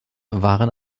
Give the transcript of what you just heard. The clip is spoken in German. waren